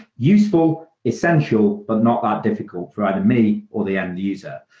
useful, essential, but not that difficult for either me or the end user.